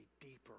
deeper